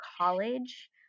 college